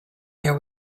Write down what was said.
there